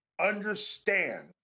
understand